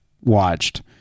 watched